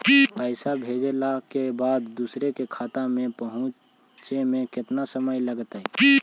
पैसा भेजला के बाद दुसर के खाता में पहुँचे में केतना समय लगतइ?